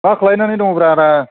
मा खालायनानै दङब्रा आदा